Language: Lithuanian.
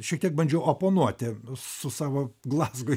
šiek tiek bandžiau oponuoti su savo glazgui